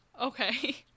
Okay